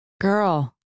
Girl